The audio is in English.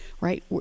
right